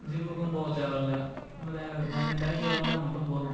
ஜிம்முக்கும் போக தேவை இல்லை நம்மள நிறைய தினைக்கும் விளாண்டா மட்டும் போதும்